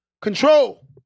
control